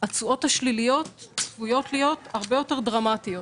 התשואות השליליות צפויות להיות הרבה יותר דרמטיות.